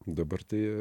dabar tie